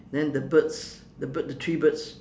then the birds the bird the three birds